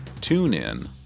TuneIn